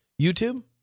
YouTube